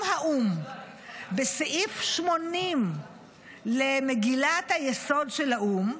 האו"ם בסעיף 80 למגילת היסוד של האו"ם.